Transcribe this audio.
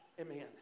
Amen